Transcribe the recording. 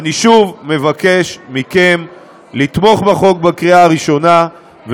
אני שוב מבקש מכם לתמוך בחוק בקריאה ראשונה,